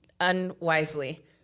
unwisely